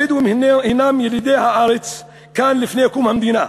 הבדואים הם ילידי הארץ, כאן לפני קום המדינה,